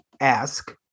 ask